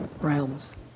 realms